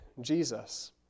Jesus